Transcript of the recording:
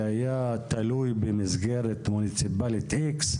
שהיה תלוי במסגרת מונציפלית X,